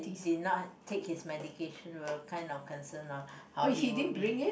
did not take his medication we were kind of concern lah how he would be